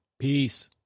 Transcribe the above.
Peace